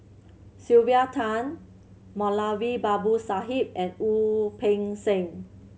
Sylvia Tan Moulavi Babu Sahib and Wu Peng Seng